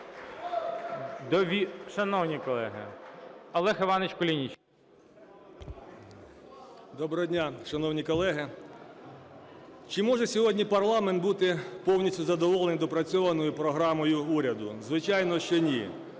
Доброго дня, шановні колеги. Чи може сьогодні парламент бути повністю задоволений доопрацьованою програмою уряду? Звичайно, що ні.